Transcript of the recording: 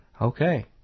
Okay